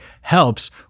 helps